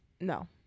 No